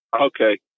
Okay